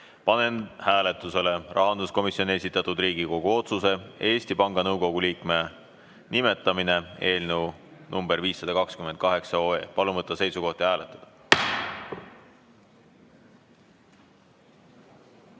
panen hääletusele rahanduskomisjoni esitatud Riigikogu otsuse "Eesti Panga Nõukogu liikme nimetamine" eelnõu nr 528. Palun võtta seisukoht ja hääletada!